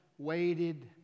waited